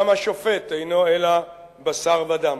גם השופט אינו אלא בשר ודם,